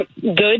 good